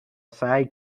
سعی